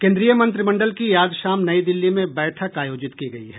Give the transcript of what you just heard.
केन्द्रीय मंत्रिमंडल की आज शाम नई दिल्ली में बैठक आयाजित की गयी है